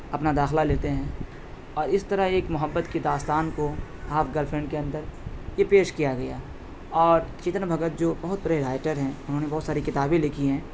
اپنا داخلہ لیتے ہیں اور اس طرح ایک محبت کی داستان کو ہاف گرل فرینڈ کے اندر یہ پیش کیا گیا اور چیتن بھگت جو بہت بڑے رائٹر ہیں انہوں نے بہت ساری کتابیں لکھی ہیں